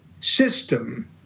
system